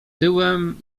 tyłem